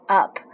up